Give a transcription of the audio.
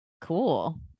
cool